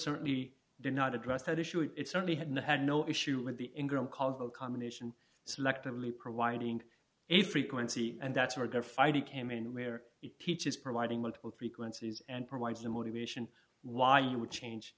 certainly did not address that issue and it certainly had not had no issue with the ingram called accommodation selectively providing a frequency and that's where they're fighting came in where it teaches providing multiple frequencies and provides the motivation why you would change